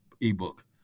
ebook